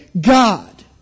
God